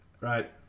Right